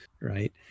Right